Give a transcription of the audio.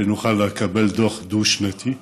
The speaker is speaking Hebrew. שנוכל לקבל דוח דו-שנתי,